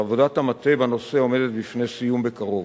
ועבודת המטה בנושא עומדת בפני סיום בקרוב.